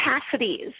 capacities